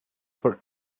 for